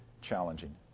challenging